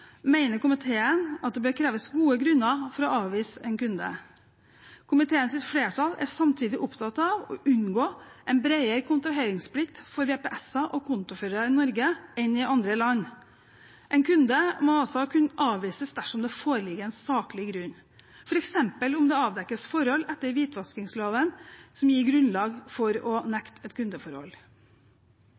mener komiteen at det bør kreves gode grunner for å avvise en kunde. Komiteens flertall er samtidig opptatt av å unngå en bredere kontraheringsplikt for verdipapirsentraler og kontoførere i Norge enn i andre land. En kunde må også kunne avvises dersom det foreligger en saklig grunn, f.eks. om det avdekkes forhold etter hvitvaskingsloven som gir grunnlag for å nekte et kundeforhold.